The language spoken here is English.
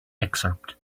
excerpt